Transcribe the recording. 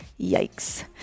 Yikes